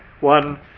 one